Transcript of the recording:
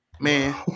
man